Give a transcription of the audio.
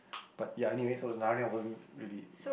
but ya anyway so Narnia wasn't really